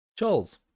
Choles